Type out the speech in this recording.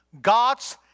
God's